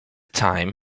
time